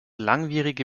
langwierige